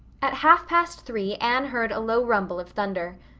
at half past three anne heard a low rumble of thunder.